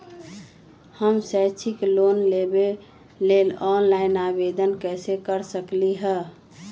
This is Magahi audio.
हम शैक्षिक लोन लेबे लेल ऑनलाइन आवेदन कैसे कर सकली ह?